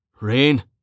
Rain